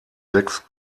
sechs